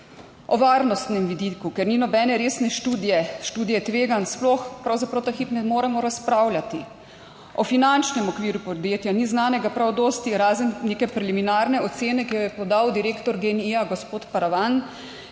O varnostnem vidiku. Ker ni nobene resne študije, študije tveganj, sploh pravzaprav ta hip ne moremo razpravljati. O finančnem okviru podjetja ni znanega prav dosti, razen neke preliminarne ocene, ki jo je podal direktor Gen-i, gospod Paravan,